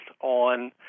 on